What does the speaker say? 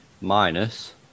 Minus